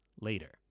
later